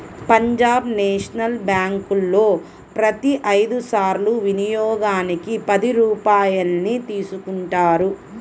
Punjab national బ్యేంకులో ప్రతి ఐదు సార్ల వినియోగానికి పది రూపాయల్ని తీసుకుంటారు